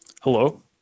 Hello